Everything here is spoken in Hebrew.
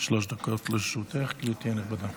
דקות לרשותך, גברתי הנכבדה.